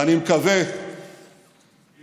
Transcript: ואני מקווה ביחד,